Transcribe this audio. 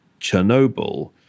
Chernobyl